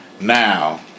Now